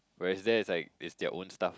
were is there is like is own stuff